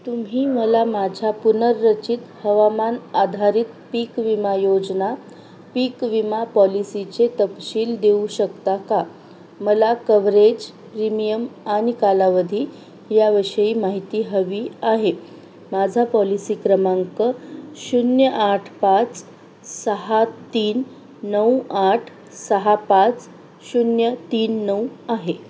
तुम्ही मला माझ्या पुनर्रचित हवामान आधारित पीक विमा योजना पीक विमा पॉलिसीचे तपशील देऊ शकता का मला कव्हरेज प्रीमियम आणि कालावधी याविषयी माहिती हवी आहे माझा पॉलिसी क्रमांक शून्य आठ पाच सहा तीन नऊ आठ सहा पाच शून्य तीन नऊ आहे